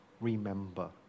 Remember